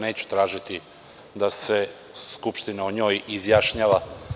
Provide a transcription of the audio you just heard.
Neću tražiti da se Skupština o povredi izjašnjava.